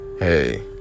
Hey